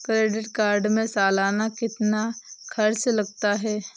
Debit card में सालाना कितना खर्च लगता है?